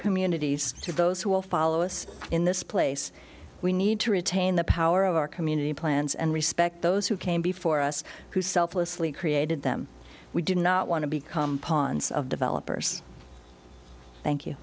communities to those who will follow us in this place we need to retain the power of our community plans and respect those who came before us who selflessly created them we do not want to become pawns of developers thank you